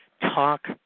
talk